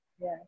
Yes